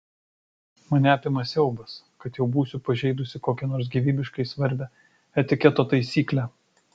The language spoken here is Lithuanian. mane apima siaubas kad jau būsiu pažeidusi kokią nors gyvybiškai svarbią etiketo taisyklę